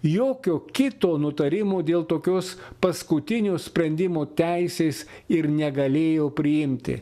jokio kito nutarimo dėl tokios paskutinio sprendimo teisės ir negalėjo priimti